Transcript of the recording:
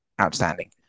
outstanding